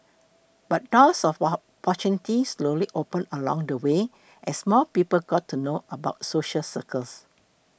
but doors of opportunity slowly opened along the way as more people got to know about social circus